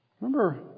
Remember